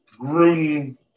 Gruden